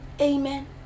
Amen